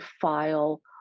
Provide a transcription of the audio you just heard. file